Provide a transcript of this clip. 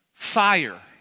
Fire